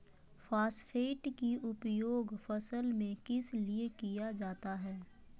Phosphate की उपयोग फसल में किस लिए किया जाता है?